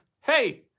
hey